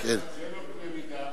זה לא קנה מידה.